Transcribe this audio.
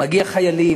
מגיעים חיילים,